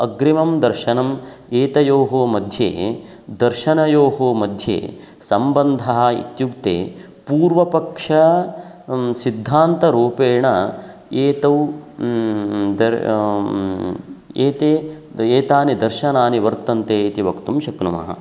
अग्रिमं दर्शनम् एतयोः मध्ये दर्शनयोः मध्ये सम्बन्धः इत्युक्ते पूर्वपक्षस्य सिद्धान्तरूपेण एतौ दर् एते एतानि दर्शनानि वर्तन्ते इति वक्तुं शक्नुमः